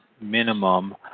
minimum